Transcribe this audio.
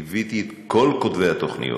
ליוויתי את כל כותבי התוכניות.